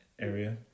area